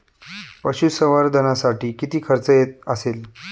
पशुसंवर्धनासाठी किती खर्च येत असेल?